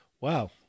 Wow